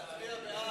לדיון מוקדם